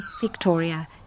Victoria